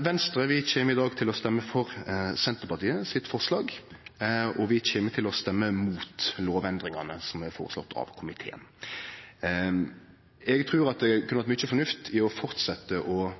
Venstre kjem i dag til å stemme for forslaget frå Senterpartiet, og vi kjem til å stemme mot lovendringane som er føreslått av komiteen. Eg trur det kunne vore mykje fornuft i å fortsetje å